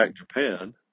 Japan